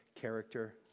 character